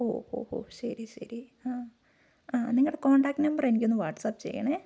ഓഹ് ഓഹ് ശരി ശരി ആ ആ നിങ്ങളുടെ കോണ്ടാക്റ്റ് നമ്പറെനിക്കൊന്നു വാട്സ്ആപ്പ് ചെയ്യണേ